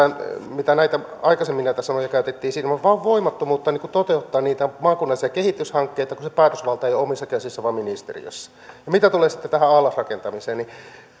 mitä näitä sanoja aikaisemmin käytettiin siellä on vain voimattomuutta toteuttaa niitä maakunnallisia kehityshankkeita kun se päätösvalta ei ole omissa käsissä vaan ministeriössä mitä tulee tähän allasrakentamiseen niin